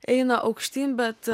eina aukštyn bet